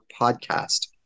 podcast